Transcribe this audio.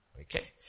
Okay